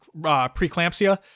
preeclampsia